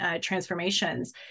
transformations